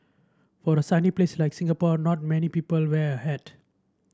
for a sunny place like Singapore not many people wear a hat